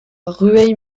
rueil